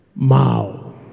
Mao